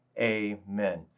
Amen